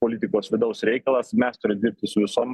politikos vidaus reikalas mes turim dirbti su visom